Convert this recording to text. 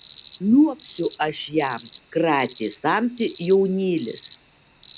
liuobsiu aš jam kratė samtį jaunylis